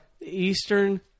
Eastern